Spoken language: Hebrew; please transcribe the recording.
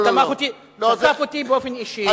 שתקף אותי באופן אישי.